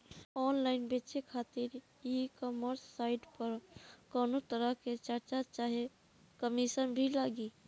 Online बेचे खातिर e commerce site पर कौनोतरह के चार्ज चाहे कमीशन भी लागी?